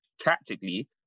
tactically